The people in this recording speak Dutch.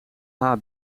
haar